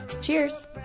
Cheers